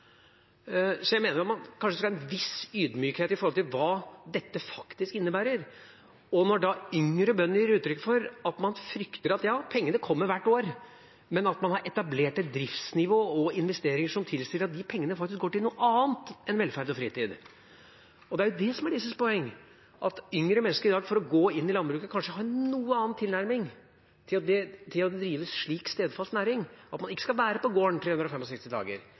Så jeg mener at man kanskje skal ha en viss ydmykhet til hva dette faktisk innebærer, når yngre bønder gir uttrykk for at man frykter at sjøl om pengene kommer hvert år, har man etablert et driftsnivå og investeringer som tilsier at de pengene faktisk går til noe annet enn velferd og fritid. Det er jo det som er deres poeng, at yngre mennesker i dag kanskje har en litt annen tilnærming til å gå inn i landbruket, til å drive en slik stedfast næring – at man ikke skal være på gården